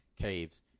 caves